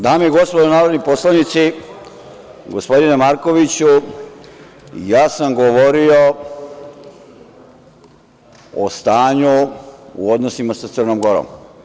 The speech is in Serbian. Dame i gospodo narodni poslanici, gospodine Markoviću, ja sam govorio o stanju u odnosima sa Crnom Gorom.